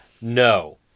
No